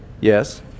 Yes